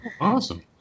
Awesome